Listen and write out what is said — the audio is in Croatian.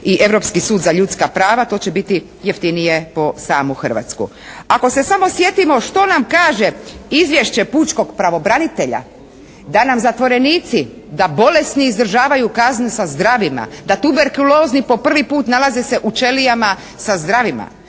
i Europski sud za ljudska prava, to će biti jeftinije po samu Hrvatsku. Ako se samo sjetimo što nam kaže izvješće pučkog pravobranitelja da nam zatvorenici da bolesni izdržavaju kazne sa zdravima, da tuberkulozni po prvi puta nalaze se u ćelijama sa zdravima,